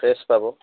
fresh পাব